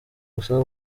gusa